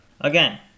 again